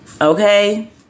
Okay